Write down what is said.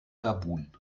gabun